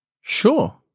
Sure